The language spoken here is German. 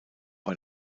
war